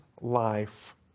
life